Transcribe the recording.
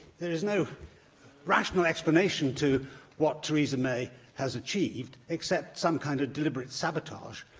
there is no rational explanation to what theresa may has achieved, except some kind of deliberate sabotage